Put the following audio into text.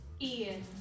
Ian